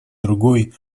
другой